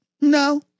No